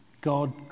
God